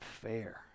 fair